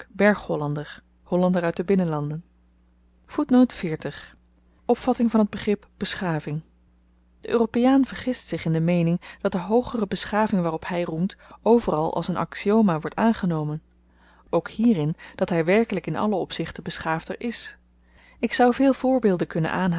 berg hollander hollander uit de binnenlanden opvatting van t begrip beschaving de europeaan vergist zich in de meening dat de hoogere beschaving waarop hy roemt overal als n axioma wordt aangenomen ook hierin dat hy werkelyk in alle opzichten beschaafder is ik zou veel voorbeelden kunnen